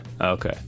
Okay